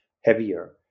heavier